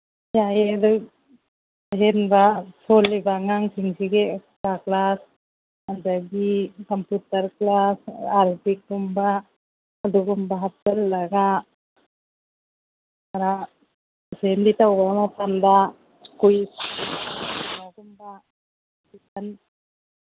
ꯌꯥꯏꯌꯦ ꯑꯗꯨ ꯑꯍꯦꯟꯕ ꯁꯣꯜꯂꯤꯕ ꯑꯉꯥꯡꯁꯤꯡꯁꯤꯒꯤ ꯑꯦꯛꯁꯇ꯭ꯔꯥ ꯀ꯭ꯂꯥꯁ ꯑꯗꯒꯤ ꯀꯝꯄꯨꯇꯔ ꯀ꯭ꯂꯥꯁ ꯑꯥꯔꯕꯤꯛꯀꯨꯝꯕ ꯑꯗꯨꯒꯨꯝꯕ ꯍꯥꯞꯆꯤꯜꯂꯒ ꯈꯔ ꯑꯦꯁꯦꯝꯕ꯭ꯂꯤ ꯇꯧꯕ ꯃꯇꯝꯗ ꯀ꯭ꯋꯤꯖ ꯇꯧꯕꯒꯨꯝꯕ